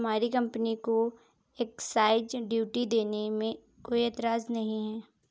हमारी कंपनी को excise duty देने में कोई एतराज नहीं है